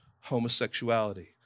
homosexuality